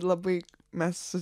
labai mes